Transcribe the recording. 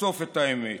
לחשוף את האמת.